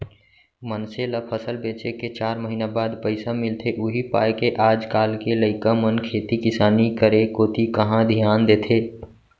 मनसे ल फसल बेचे के चार महिना बाद पइसा मिलथे उही पायके आज काल के लइका मन खेती किसानी करे कोती कहॉं धियान देथे